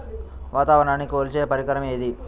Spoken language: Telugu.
వాతావరణాన్ని కొలిచే పరికరం ఏది?